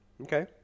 Okay